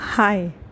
Hi